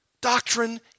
Doctrine